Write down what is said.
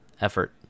effort